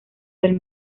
del